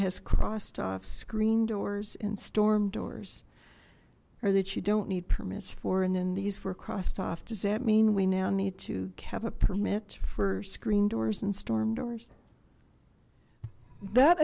has crossed off screen doors and storm doors or that you don't need permits for and then these were crossed off does that mean we now need to have a permit for screen doors and storm doors that